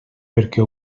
perquè